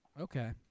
Okay